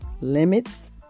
limits